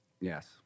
Yes